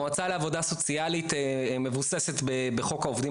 המועצה לעבודה סוציאלית מבוססת בחוק העובדים